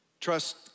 Trust